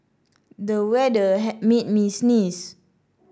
the weather had made me sneeze